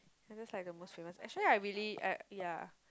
that's like the most famous actually I really uh ya